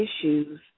issues